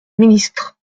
ministre